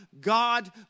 God